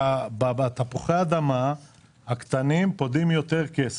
בתפוחי אדמה הקטנים פודים יותר כסף.